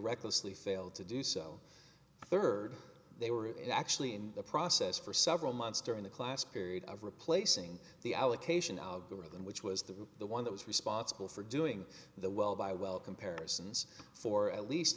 recklessly failed to do so third they were it actually in the process for several months during the class period of replacing the allocation algorithm which was the the one that was responsible for doing the well by well comparisons for at least